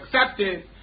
accepted